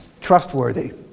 trustworthy